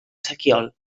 sequiol